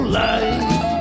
life